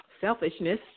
selfishness